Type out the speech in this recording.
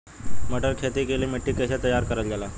मटर की खेती के लिए मिट्टी के कैसे तैयार करल जाला?